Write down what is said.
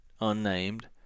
unnamed